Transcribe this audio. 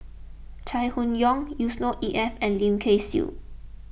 Chai Hon Yoong Yusnor Ef and Lim Kay Siu